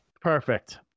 Perfect